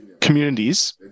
communities